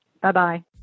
Bye-bye